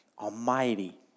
almighty